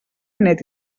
net